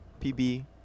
PB –